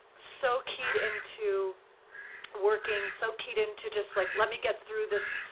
so keyed in to working, so keyed in to just like let me get through this,